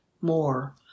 more